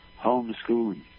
homeschooling